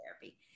therapy